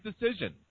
decision